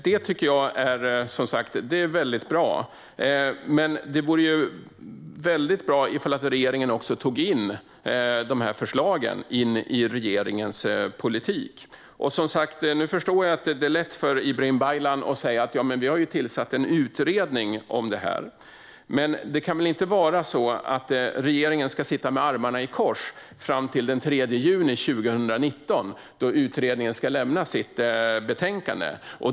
Detta tycker jag är bra, men det vore väldigt bra ifall regeringen tog in förslagen i sin politik. Det är lätt för Ibrahim Baylan att säga: Vi har ju tillsatt en utredning om detta. Men det kan väl inte vara så att regeringen ska sitta med armarna i kors fram till den 3 juni 2019, då utredningen ska lämna sitt betänkande?